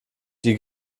die